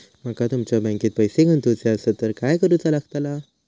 माका तुमच्या बँकेत पैसे गुंतवूचे आसत तर काय कारुचा लगतला?